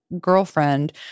girlfriend